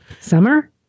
Summer